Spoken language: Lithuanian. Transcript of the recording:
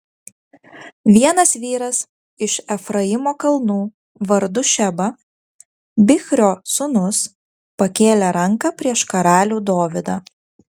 vienas vyras iš efraimo kalnų vardu šeba bichrio sūnus pakėlė ranką prieš karalių dovydą